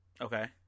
Okay